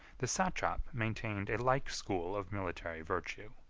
the satrap maintained a like school of military virtue.